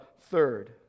third